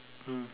mm